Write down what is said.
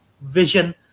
Vision